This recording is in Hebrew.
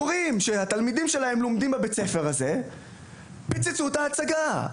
ההורים שהתלמידים שלהם לומדים בבית הספר הזה פיצצו את ההצגה,